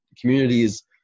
communities